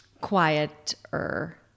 quieter